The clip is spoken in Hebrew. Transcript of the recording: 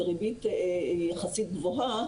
זו ריבית יחסית גבוהה,